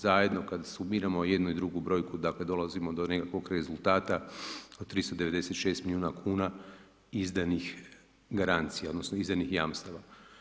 Zajedno kad sumiramo jednu i drugu brojku, dakle dolazimo do nekakvog rezultata od 396 milijuna kuna izdanih garancija, odnosno izdanih jamstava.